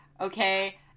okay